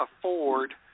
afford